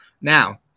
Now